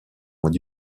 moins